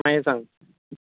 मागीर सांग